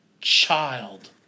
child